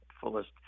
fullest